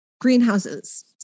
Greenhouses